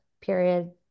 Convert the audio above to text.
Period